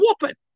whooping